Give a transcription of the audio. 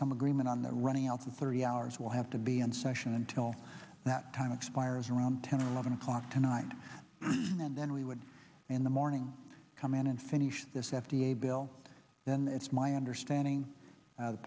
some agreement on the running out of thirty hours will have to be in session until that time expires around ten or eleven o'clock tonight and then we would in the morning come in and finish this f d a bill then it's my understanding